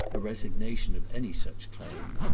a resignation of any such claim,